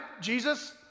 Jesus